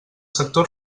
sectors